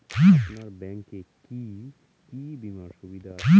আপনার ব্যাংকে কি কি বিমার সুবিধা রয়েছে?